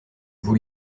vous